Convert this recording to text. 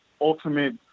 ultimate